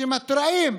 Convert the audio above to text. שמתריעים